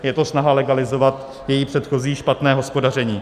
Je to snaha legalizovat její předchozí špatné hospodaření.